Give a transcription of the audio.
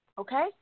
Okay